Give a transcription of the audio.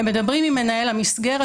הם מדברים עם מנהל המסגרת,